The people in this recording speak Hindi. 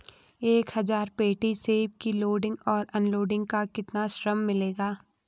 एक हज़ार पेटी सेब की लोडिंग और अनलोडिंग का कितना श्रम मिलेगा?